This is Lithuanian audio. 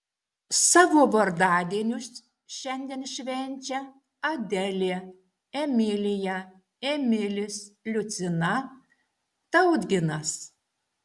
savo vardadienius šiandien švenčia adelė emilija emilis liucina tautginas